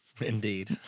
Indeed